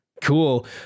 Cool